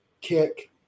Kick